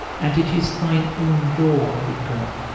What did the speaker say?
and it is thine own law, o god,